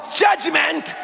judgment